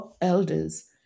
elders